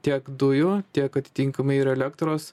tiek dujų tiek atitinkamai ir elektros